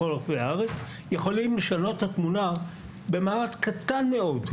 בכל רחבי הארץ יכול לשנות את התמונה במאמץ קטן מאוד,